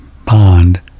bond